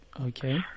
Okay